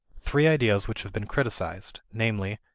three ideas which have been criticized, namely,